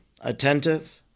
attentive